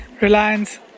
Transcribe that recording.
Reliance